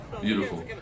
Beautiful